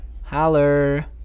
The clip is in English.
Holler